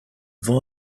via